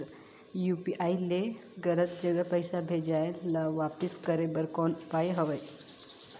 UPI ले गलत जगह पईसा भेजाय ल वापस करे बर कौन उपाय हवय?